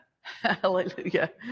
Hallelujah